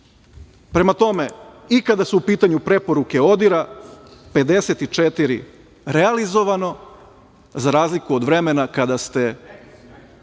svega. Prema tome, i kada su u pitanju preporuke ODIHR-a, 54 realizovano, za razliku od vremena kada ste